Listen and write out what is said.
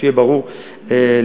שיהיה ברור לכולנו.